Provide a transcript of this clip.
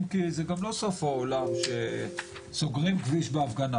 כי זה גם לא סוף העולם שסוגרים כביש בהפגנה,